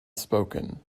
spoken